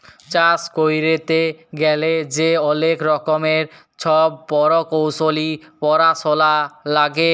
চাষ ক্যইরতে গ্যালে যে অলেক রকমের ছব পরকৌশলি পরাশলা লাগে